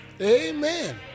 amen